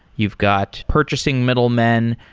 you've got purchasing middlemen.